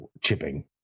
chipping